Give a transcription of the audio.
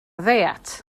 ddiet